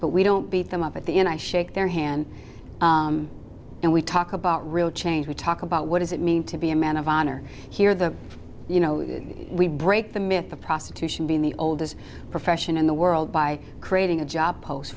but we don't beat them up at the end i shake their hand and we talk about real change we talk about what does it mean to be a man of honor here the you know we break the myth of prostitution being the oldest profession in the world by creating a job pos